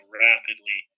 rapidly